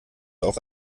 auch